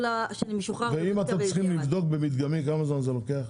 אם אתם צריכים לבדוק במדגמי, כמה זמן זה לוקח?